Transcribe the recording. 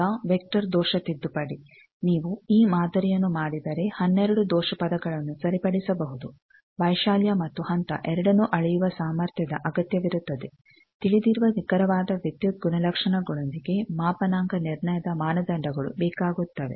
ಈಗ ವೆಕ್ಟರ್ ದೋಷ ತಿದ್ದುಪಡಿ ನೀವು ಈ ಮಾದರಿಯನ್ನು ಮಾಡಿದರೆ 12 ದೋಷ ಪದಗಳನ್ನು ಸರಿಪಡಿಸಬಹುದು ವೈಶಾಲ್ಯ ಮತ್ತು ಹಂತ ಎರಡನ್ನೂ ಅಳೆಯುವ ಸಾಮರ್ಥ್ಯದ ಅಗತ್ಯವಿರುತ್ತದೆ ತಿಳಿದಿರುವ ನಿಖರವಾದ ವಿದ್ಯುತ್ ಗುಣಲಕ್ಷಣಗಳೊಂದಿಗೆ ಮಾಪನಾಂಕ ನಿರ್ಣಯದ ಮಾನದಂಡಗಳು ಬೇಕಾಗುತ್ತವೆ